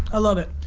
ah love it.